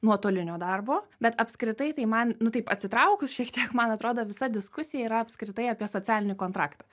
nuotolinio darbo bet apskritai tai man nu taip atsitraukus šiek tiek man atrodo visa diskusija yra apskritai apie socialinį kontraktą